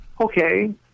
Okay